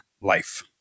life